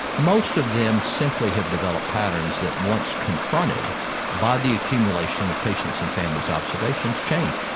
most of them simply have developed patterns that, once confronted by the accumulation of patients and families observations, change.